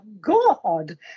God